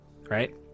right